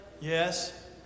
Yes